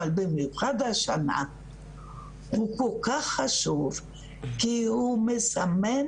אבל במיוחד השנה הוא כל כך חשוב כי הוא מסמן